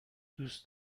دوست